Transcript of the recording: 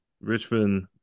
Richmond